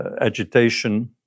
agitation